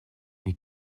mes